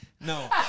No